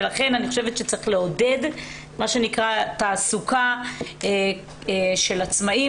ולכן אני חושבת שצריך לעודד תעסוקה של עצמאים,